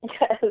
Yes